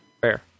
Fair